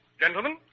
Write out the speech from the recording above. Gentlemen